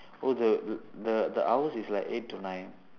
oh the the the hours is like eight to nine